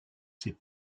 ses